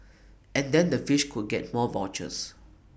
and then the fish could get more vouchers